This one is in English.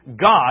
God